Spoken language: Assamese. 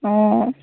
অঁ